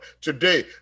Today